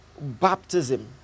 baptism